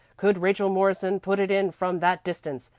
could rachel morrison put it in from that distance?